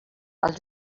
els